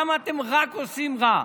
למה אתם רק עושים רע?